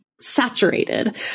saturated